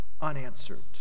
unanswered